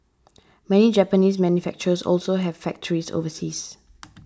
many Japanese manufacturers also have factories overseas